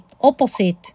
opposite